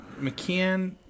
McKean